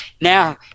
now